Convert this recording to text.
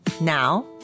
Now